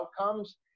outcomes